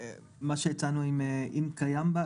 מה שהצענו אם קיים?